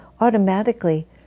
automatically